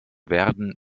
werden